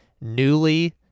newly